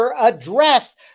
address